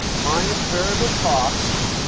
minus variable costs,